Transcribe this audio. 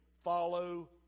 Follow